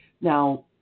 Now